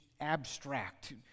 abstract